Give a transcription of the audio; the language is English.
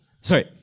Sorry